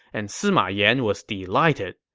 and sima yan was delighted.